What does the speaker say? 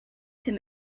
him